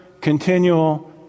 continual